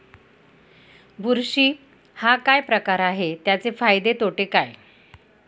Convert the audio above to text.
बुरशी हा काय प्रकार आहे, त्याचे फायदे तोटे काय?